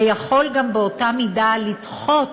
ויכולה גם באותה מידה לדחות